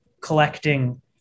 collecting